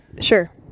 Sure